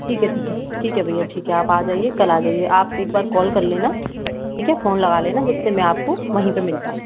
ठीक है ठीक है ठीक है भईया ठीक है आप आ जाइए कल आ जाइए आप एक बार कॉल कर लेना ठीक है फोन लगा लेना जिससे मैं आपको वही पे मिल पाऊँ